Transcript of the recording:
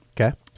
Okay